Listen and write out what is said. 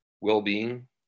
well-being